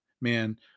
man